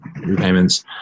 repayments